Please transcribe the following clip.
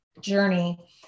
journey